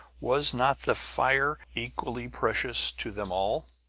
was not the fire equally precious to them all?